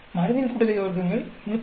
மருந்தின் கூட்டுத்தொகை வர்க்கங்கள் 352